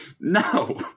No